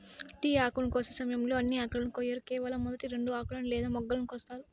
tea ఆకును కోసే సమయంలో అన్ని ఆకులను కొయ్యరు కేవలం మొదటి రెండు ఆకులను లేదా మొగ్గలను కోస్తారు